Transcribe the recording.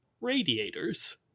radiators